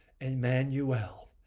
Emmanuel